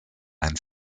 ein